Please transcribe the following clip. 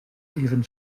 even